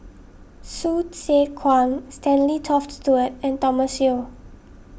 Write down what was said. Hsu Tse Kwang Stanley Toft Stewart and Thomas Yeo